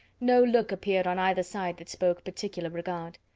no look appeared on either side that spoke particular regard.